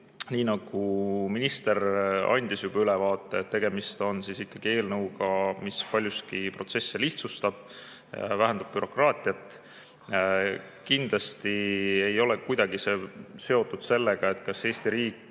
nii nagu minister andis juba ülevaate, tegemist on ikkagi eelnõuga, mis paljuski protsessi lihtsustab, vähendab bürokraatiat. Kindlasti ei ole see kuidagi seotud sellega, kas Eesti riik